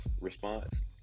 response